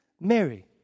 Mary